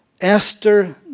Esther